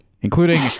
Including